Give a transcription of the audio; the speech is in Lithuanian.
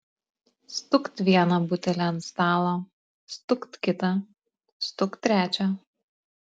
stukt vieną butelį ant stalo stukt kitą stukt trečią